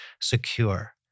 secure